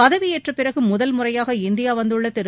பதவியேற்றபிறகு முதல்முறையாக இந்தியா வந்துள்ள திரு